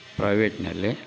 ಪ್ರೈವೇಟಿನಲ್ಲಿ